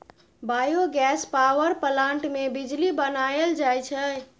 biogas power plant मे बिजली बनाएल जाई छै